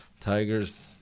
tigers